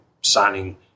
signing